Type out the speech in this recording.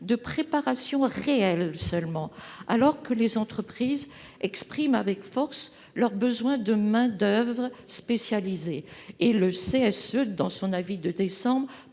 de préparation réelle seulement, alors que les entreprises expriment avec force leur besoin de main-d'oeuvre spécialisée. Le Conseil supérieur de l'emploi,